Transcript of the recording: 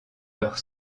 leurs